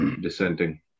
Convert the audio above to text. dissenting